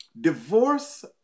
Divorce